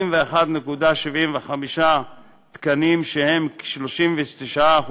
41.75 תקנים, שהם 39%,